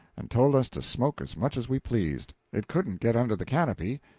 and told us to smoke as much as we pleased, it couldn't get under the canopy,